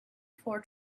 four